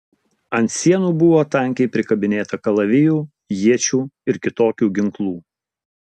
ant sienų buvo tankiai prikabinėta kalavijų iečių ir kitokių ginklų